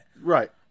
Right